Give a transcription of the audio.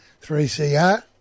3CR